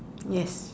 yes